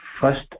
first